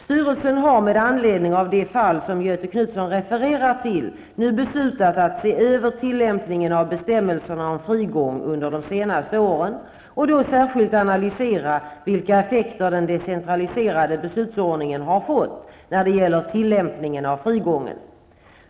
Styrelsen har med anledning av de fall som Göthe Knutson refererar till nu beslutat att se över tillämpningen av bestämmelserna om frigång under de senaste åren och då särskilt analysera vilka effekter den decentraliserade beslutsordningen har fått när det gäller tillämpningen av frigången.